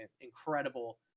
incredible